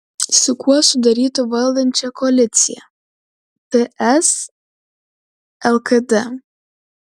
su kuo sudarytų valdančią koaliciją ts lkd